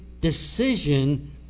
decision